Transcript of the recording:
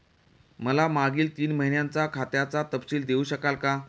मला मागील तीन महिन्यांचा खात्याचा तपशील देऊ शकाल का?